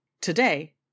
Today